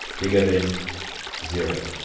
bigger than zero?